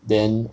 then